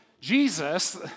Jesus